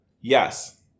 Yes